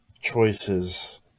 choices